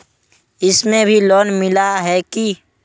इसमें भी लोन मिला है की